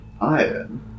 Iron